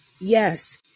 yes